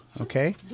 okay